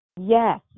Yes